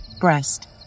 breast